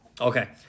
Okay